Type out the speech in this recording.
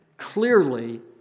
clearly